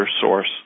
source